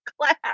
class